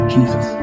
Jesus